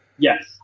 Yes